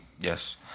Yes